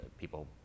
people